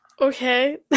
Okay